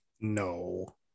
No